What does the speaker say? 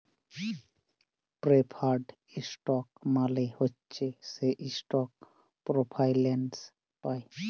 preferred stock মালে হছে সে ইস্টক প্রেফারেল্স পায়